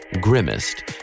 Grimmest